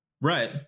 Right